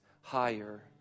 higher